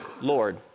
lord